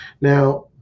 Now